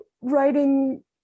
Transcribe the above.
writing